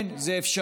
כן, זה אפשרי.